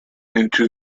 into